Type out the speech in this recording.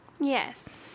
yes